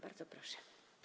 Bardzo proszę.